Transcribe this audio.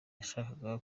yashakaga